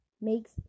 makes